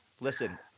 Listen